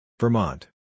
Vermont